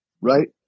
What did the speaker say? right